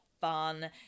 fun